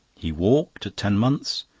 he walked at ten months,